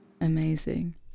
amazing